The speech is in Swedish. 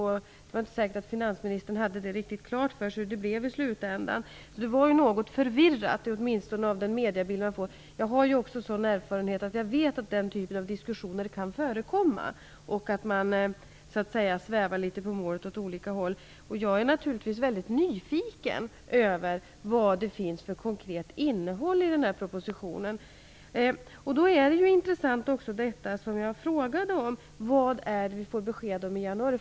Det var inte säkert att finansministern hade riktigt klart för sig hur det blev i slutändan. Så det var något förvirrat, åtminstone enligt den mediebild som vi har fått. Jag har ju också sådan erfarenhet att jag vet att den typen av diskussioner kan förekomma och att man svävar litet på målet. Jag är naturligtvis väldigt nyfiken på det konkreta innehållet i propositionen. Då är också det som jag frågade om i interpellationen intressant. Vad får vi besked om i januari?